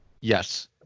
Yes